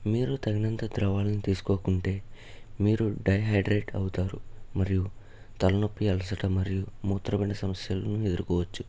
మీరు తగినంత ద్రవాలను తీసుకోకుంటే మీరు డైహైడ్రేట్ అవుతారు మరియు తలనొప్పి అలసట మరియు మూత్రపిండ సమస్యలను ఎదురుకోవచ్చు